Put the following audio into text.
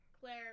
Claire